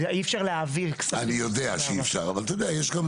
אי-אפשר להעביר כספים של 2024. אני יודע שאי-אפשר אבל אפשר